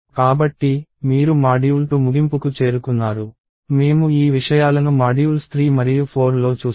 కాబట్టి మీరు మాడ్యూల్ 2 ముగింపుకు చేరుకున్నారు మేము ఈ విషయాలను మాడ్యూల్స్ 3 మరియు 4లో చూస్తాము